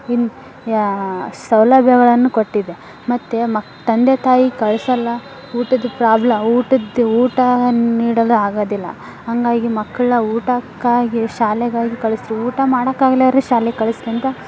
ಇನ್ನು ಯಾ ಸೌಲಭ್ಯಗಳನ್ನು ಕೊಟ್ಟಿದೆ ಮತ್ತು ಮಕ್ ತಂದೆ ತಾಯಿ ಕಳ್ಸೋಲ್ಲ ಊಟದ ಪ್ರಾಬ್ಲ ಊಟದ ಊಟವನ್ ನೀಡಲು ಆಗೋದಿಲ್ಲ ಹಾಗಾಗಿ ಮಕ್ಕಳ ಊಟಕ್ಕಾಗಿ ಶಾಲೆಗಾಗಿ ಕಳ್ಸಿರಿ ಊಟ ಮಾಡಕ್ಕಾಗ್ಲಾರೂ ಶಾಲೆ ಕಳ್ಸಿರಿ ಅಂತ